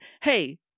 Hey